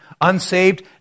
unsaved